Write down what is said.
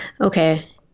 Okay